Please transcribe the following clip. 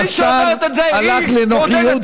שזה עידוד טרור.